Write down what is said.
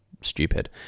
stupid